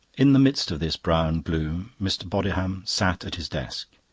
in the midst of this brown gloom mr. bodiham sat at his desk.